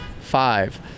five